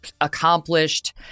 accomplished